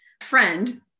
friend